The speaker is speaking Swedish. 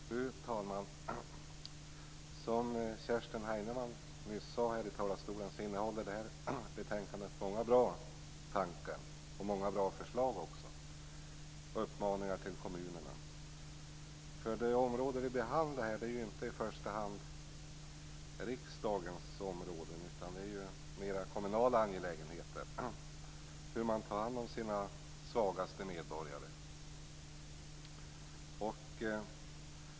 Fru talman! Som Kerstin Heinemann nyss sade från denna talarstol innehåller detta betänkande många bra tankar och även många bra förslag och uppmaningar till kommunerna. Det som vi här behandlar hör ju inte i första hand till riksdagens ansvarsområde utan tillhör mera de kommunala angelägenheterna, nämligen hur man tar hand om sina svagaste medborgare.